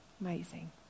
Amazing